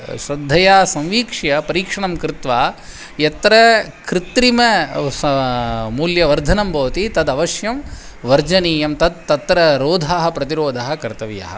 श्रद्धया संवीक्ष्य परीक्षणं कृत्वा यत्र कृत्रिम मूल्यवर्धनं भवति तदवश्यं वर्जनीयं तत् तत्र रोधः प्रतिरोदः कर्तव्यः